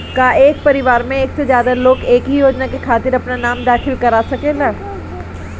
का एक परिवार में एक से ज्यादा लोग एक ही योजना के खातिर आपन नाम दाखिल करा सकेला?